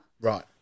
Right